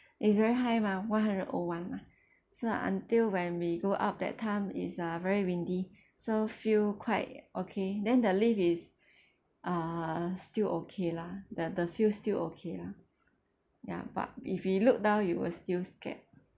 it's very high mah one hundred O one mah so until when we go up that time it's uh very windy so feel quite okay then the lift is uh still okay lah the the feel still okay lah ya but if you look down you will still scared